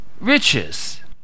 riches